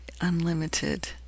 unlimited